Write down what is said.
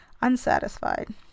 unsatisfied